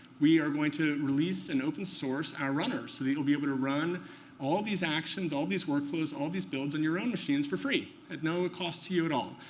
we are going to release and open-source our runners so that you'll be able to run all these actions, all these workflows, all these builds on your own machines for free, at no ah cost to you at all.